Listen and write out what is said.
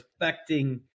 affecting